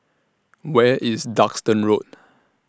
Where IS Duxton Road